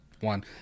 one